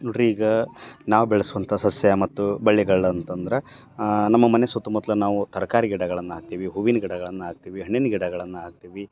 ನೋಡಿರಿ ಈಗ ನಾವು ಬೆಳೆಸುವಂಥ ಸಸ್ಯ ಮತ್ತು ಬಳ್ಳಿಗಳು ಅಂತಂದರೆ ನಮ್ಮ ಮನೆ ಸುತ್ತಮುತ್ತಲೂ ನಾವು ತರಕಾರಿ ಗಿಡಗಳನ್ನು ಹಾಕ್ತೀವಿ ಹೂವಿನ ಗಿಡಗಳನ್ನು ಹಾಕ್ತೀವಿ ಹಣ್ಣಿನ ಗಿಡಗಳನ್ನು ಹಾಕ್ತೀವಿ